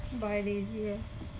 but I lazy leh